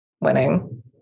winning